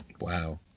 Wow